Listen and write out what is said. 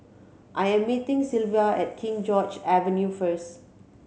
I am meeting Sylva at King George Avenue first